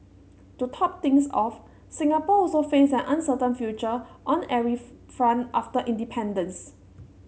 to top things off Singapore also faced an uncertain future on every front after independence